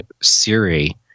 Siri